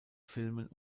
filmen